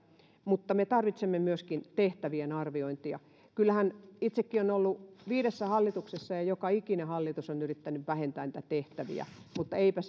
mutta me tarvitsemme myöskin tehtävien arviointia kyllähän itsekin olen ollut viidessä hallituksessa ja joka ikinen hallitus on yrittänyt vähentää niitä tehtäviä mutta eipä